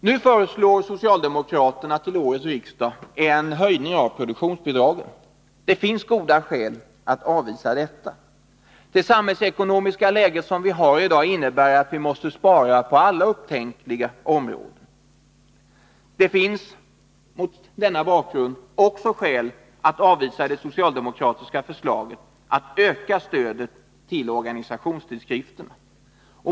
Nu föreslår socialdemokraterna till årets riksdag en höjning av produktionsbidragen. Det finns goda skäl att avvisa detta. Det samhällsekonomiska läget i dag innebär att vi måste spara på alla upptänkliga områden. Det finns mot denna bakgrund också skäl att avvisa det socialdemokratiska förslaget om att öka stödet till organisationstidskrifterna.